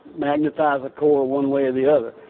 magnetize a core one way or the other.